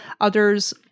Others